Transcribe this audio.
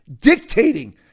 dictating